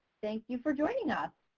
thank you for joining us.